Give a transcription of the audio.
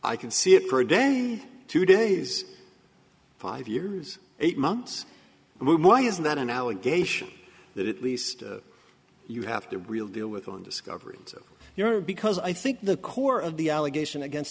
i can see it for a day two days five years eight months why isn't that an allegation that at least you have to really deal with on discovery and your because i think the core of the allegation against